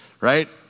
right